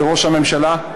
לראש הממשלה,